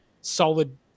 solid